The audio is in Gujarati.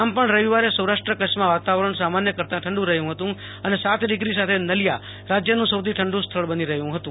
આમપણ રવિવારે સૌરાષ્ટ્ર કચ્છમાં વાતાવરણ સામાન્ય કરતાં ઠંડુ રહ્યું હતું અને સાત ડિગ્રી સાથે નલિયા રાજ્ય નું સૌથી ઠંડુ સ્થળ બની રહ્યું હતું